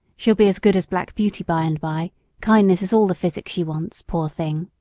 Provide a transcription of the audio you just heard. she'll be as good as black beauty by and by kindness is all the physic she wants, poor thing!